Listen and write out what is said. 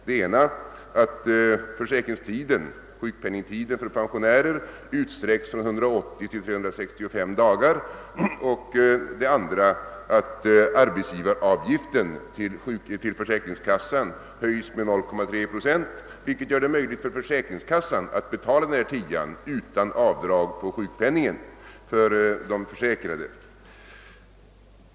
Den ena är att sjukpenningtiden för pensionäret utsträcks från 180 till 365 dagar och den andra att arbetsgivaravgiften till försäkringskassan höjs med 0,3 procent, vilket gör det möjligt för försäkringskassan att betala denna tia utan avdrag på sjukpenningen för de försäkrade.